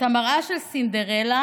את המראה מסינדרלה,